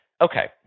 Okay